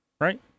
Right